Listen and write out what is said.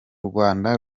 rwanda